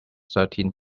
thirteen